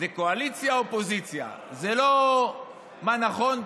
זה קואליציה אופוזיציה, זה לא מה נכון.